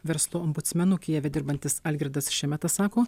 verslo ombudsmenu kijeve dirbantis algirdas šemeta sako